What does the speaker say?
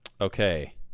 Okay